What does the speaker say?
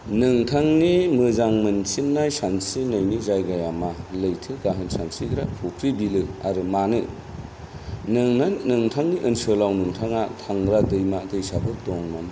नोंथांनि मोजां मोनसिननाय सानस्रिनायनि जायगाया मा लैथो गाथोन सानस्रिग्रा फुख्रि बिलो आरो मानो नोंना नोंथांनि ओनसोलाव नोंथाङा थांग्रा दैमा दैसाफोर दं नामा